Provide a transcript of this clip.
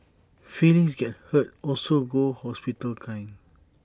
feelings get hurt also go hospital kind